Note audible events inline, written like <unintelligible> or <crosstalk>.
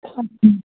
<unintelligible>